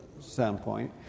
standpoint